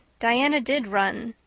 diana did run.